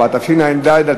2), התשע"ד 2014,